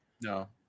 No